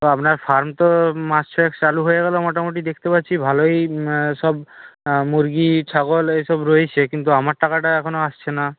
তো আপনার ফার্ম তো মাস ছয়েক চালু হয়ে গেল মোটামুটি দেখতে পাচ্ছি ভালোই সব মুরগি ছাগল এইসব রয়েছে কিন্তু আমার টাকাটা এখনও আসছে না